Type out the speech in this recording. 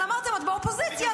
אבל אמרת: את באופוזיציה,